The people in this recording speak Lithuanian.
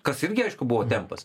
kas irgi aišku buvo tempas